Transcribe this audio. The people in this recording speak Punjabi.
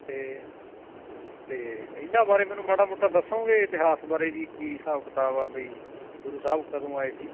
ਅਤੇ ਤਾਂ ਇਹਨਾਂ ਬਾਰੇ ਮੈਨੂੰ ਮਾੜਾ ਮੋਟਾ ਦੱਸੋਗੇ ਇਤਿਹਾਸ ਬਾਰੇ ਜੀ ਕੀ ਹਿਸਾਬ ਕਿਤਾਬ ਆ ਵੀ ਗੁਰੂ ਸਾਹਿਬ ਕਦੋਂ ਆਏ ਸੀ